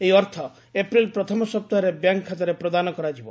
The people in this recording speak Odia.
ଏହି ଅର୍ଥ ଏପ୍ରିଲ ପ୍ରଥମ ସପ୍ତାହରେ ବ୍ୟାଙ୍କ ଖାତାରେ ପ୍ରଦାନ କରାଯିବ